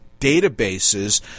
databases